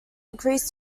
increase